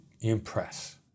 impress